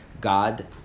God